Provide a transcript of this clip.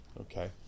okay